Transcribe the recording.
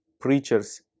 preachers